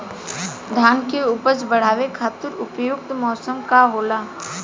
धान के उपज बढ़ावे खातिर उपयुक्त मौसम का होला?